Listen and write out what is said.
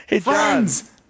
friends